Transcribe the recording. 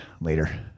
later